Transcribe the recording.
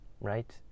right